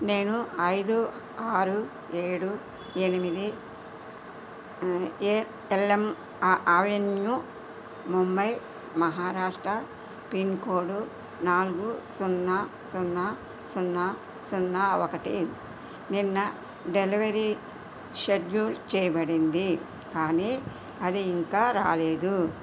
నేను ఐదు ఆరు ఏడు ఎనిమిది A L M avenue Mumbai Maharashtra pincode నాలుగు సున్నా సున్నా సున్నా సున్నా ఒకటి నిన్న డెలివరీ షెడ్యూల్ చేయబడింది కానీ అది ఇంకా రాలేదు